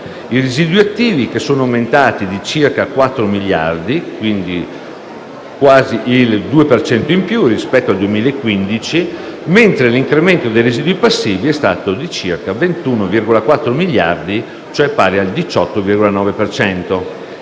I residui attivi sono aumentati di circa 4 miliardi (quasi il 2 per cento in più) rispetto al 2015, mentre l'incremento dei residui passivi è stato di circa 21,4 miliardi (pari al 18,9